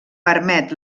permet